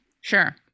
Sure